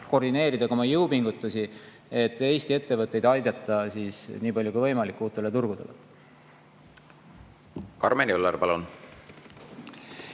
koordineerida oma jõupingutusi, et Eesti ettevõtteid aidata nii palju kui võimalik uutele turgudele. Karmen Joller, palun!